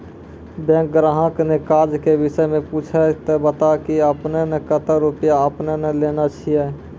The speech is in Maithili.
बैंक ग्राहक ने काज के विषय मे पुछे ते बता की आपने ने कतो रुपिया आपने ने लेने छिए?